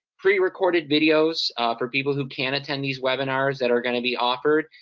prerecorded videos for people who can't attend these webinars that are gonna be offered.